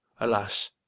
alas